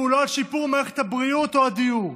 והוא לא על שיפור מערכת הבריאות או הדיור.